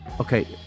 Okay